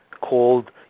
called